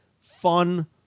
fun